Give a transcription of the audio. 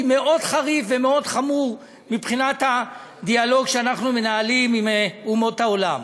מאוד חריף ומאוד חמור מבחינת הדיאלוג שאנחנו מנהלים עם אומות העולם.